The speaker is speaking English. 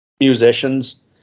musicians